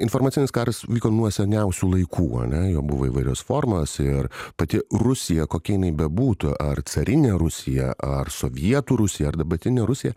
informacinis karas vyko nuo seniausių laikų ane buvo įvairios formos ir pati rusija kokia jinai bebūtų ar carinė rusija ar sovietų rusija ar dabartinė rusija